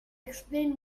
explain